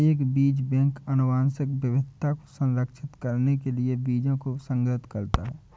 एक बीज बैंक आनुवंशिक विविधता को संरक्षित करने के लिए बीजों को संग्रहीत करता है